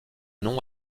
nom